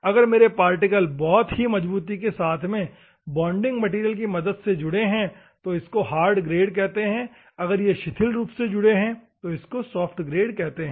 अगर मेरे पार्टिकल बहुत ही मजबूती के साथ में बॉन्डिंग मैटेरियल की मदद से जुड़े हुए हैं तो इसको हार्ड ग्रेड कहते हैं और अगर यह शिथिल रूप से जुड़े हुए हैं तो इसको सॉफ्ट ग्रेड कहते हैं